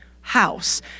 house